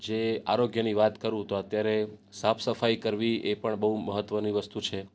જે આરોગ્યની વાત કરું તો અત્યારે સાફ સફાઈ કરવી એ પણ બહુ મહત્ત્વની વસ્તુ છે